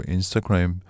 Instagram